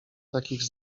takich